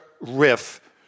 riff